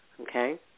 okay